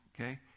Okay